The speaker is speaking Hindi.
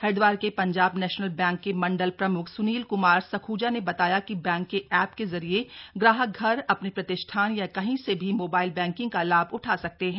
हरिद्वार के पंजाब नेशनल बैंक के मंडल प्रम्ख सुनील कुमार सख्जा ने बताया कि बैंक के ऐप के जरिए ग्राहक घर अपने प्रतिष्ठान या कहीं से भी मोबाइल बैंकिंग का लाभ उठा सकते हैं